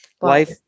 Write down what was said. life